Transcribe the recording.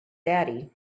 daddy